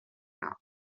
now